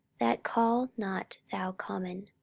that call not thou common.